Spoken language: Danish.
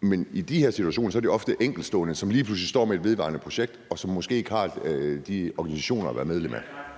Men i de her situationer er det ofte enkeltstående individer, som lige pludselig står over for et vedvarende energi-projekt, og som måske ikke har sådan en organisation at være medlem af.